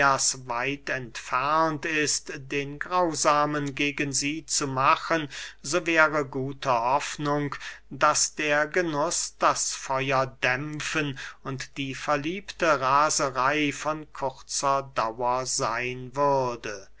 weit entfernt ist den grausamen gegen sie zu machen so wäre gute hoffnung daß der genuß das feuer dämpfen und die verliebte raserey von kurzer dauer seyn würde